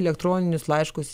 elektroninius laiškus